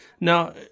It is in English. Now